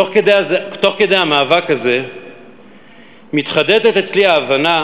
תוך כדי המאבק הזה מתחדדת אצלי ההבנה